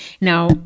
Now